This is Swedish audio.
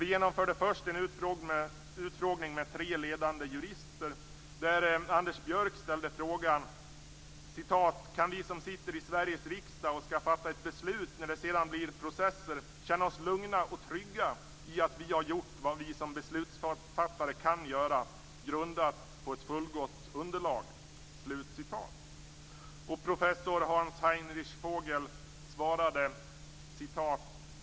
Vi genomförde först en utfrågning av tre ledande jurister där Anders Björck ställde följande fråga: "Kan vi som sitter i Sveriges riksdag och skall fatta ett beslut när det sedan blir processer känna oss lugna och trygga i att vi har gjort vad vi som beslutsfattare kan göra, grundat på ett fullgott underlag?"